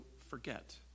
forget